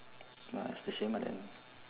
ya it's the same lah then